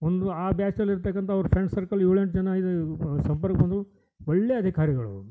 ಒಂದು ಆ ಬ್ಯಾಚಲ್ಲಿ ಇರ್ತಕ್ಕಂಥ ಅವ್ರ ಫ್ರೆಂಡ್ಸ್ ಸರ್ಕಲ್ ಏಳು ಎಂಟು ಜನ ಇದು ಸಂಪರ್ಕ ಬಂದು ಒಳ್ಳೆಯ ಅಧಿಕಾರಿಗಳವರು